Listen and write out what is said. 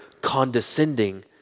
condescending